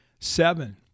Seven